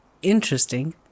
Interesting